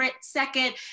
second